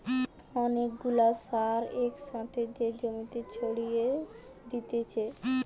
অনেক গুলা সার এক সাথে যে জমিতে ছড়িয়ে দিতেছে